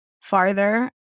farther